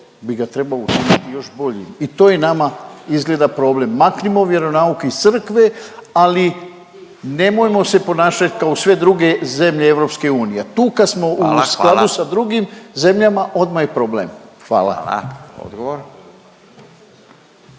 bi ga trebao učiniti još boljim. I to je nama izgleda problem. Maknimo vjeronauk iz crkve, ali nemojmo se ponašati kao sve druge zemlje EU. …/Upadica Radin: Hvala./… Tu kad smo u skladu sa drugim … …/Upadica Radin: Hvala, hvala,